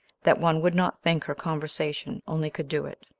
that one would not think her conversation only could do it,